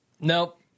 Nope